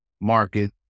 market